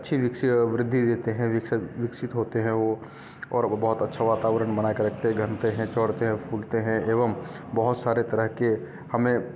अच्छी विक्सि वृद्धि देते हैं विक विकसित होते हैं वह और वह बहुत अच्छा वातावरण बना कर रखते हैं घंटे हैं छोड़ते हैं फूलते हैं एवम बहुत सारे तरह के हमें